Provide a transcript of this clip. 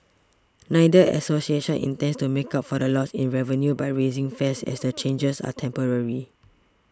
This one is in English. neither association intends to make up for the loss in revenue by raising fares as the changes are temporary